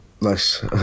Nice